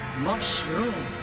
mushroom.